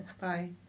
Bye